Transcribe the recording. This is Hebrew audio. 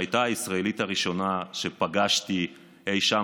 שהייתה הישראלית הראשונה שפגשתי אי שם